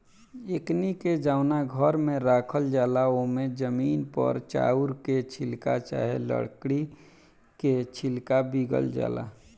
एकनी के जवना घर में राखल जाला ओमे जमीन पर चाउर के छिलका चाहे लकड़ी के छिलका बीगल जाला